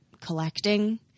collecting